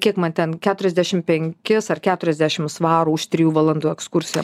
kiek man ten keturiasdešim penkis ar keturiasdešim svarų už trijų valandų ekskursiją